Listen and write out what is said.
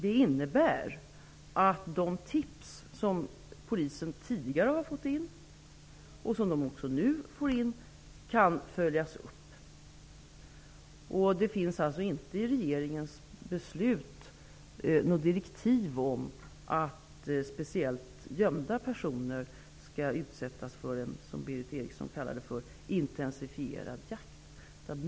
Det innebär att de tips som polisen tidigare har fått in, och som de också nu får in, kan följas upp. Det finns alltså inte i regeringens beslut något direktiv om att speciellt gömda personer skall utsättas för, som Berith Eriksson kallar det, intensifierad jakt.